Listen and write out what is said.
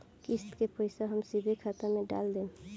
किस्त के पईसा हम सीधे खाता में डाल देम?